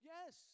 Yes